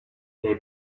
they